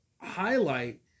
highlight